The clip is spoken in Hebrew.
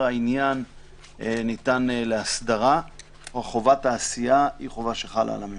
העניין ניתן להסדרה וחובת העשייה היא חובה שחלה על הממשלה.